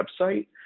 website